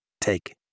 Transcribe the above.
Take